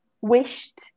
wished